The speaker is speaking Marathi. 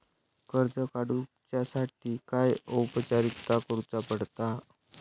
कर्ज काडुच्यासाठी काय औपचारिकता करुचा पडता?